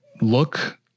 look